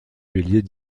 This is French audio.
bélier